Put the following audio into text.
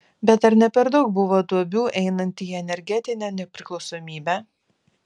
bet ar ne per daug buvo duobių einant į energetinę nepriklausomybę